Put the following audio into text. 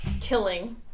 killing